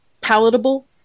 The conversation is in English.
palatable